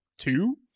Two